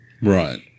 Right